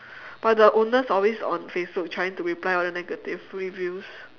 but the owner's always on facebook trying to reply all the negative reviews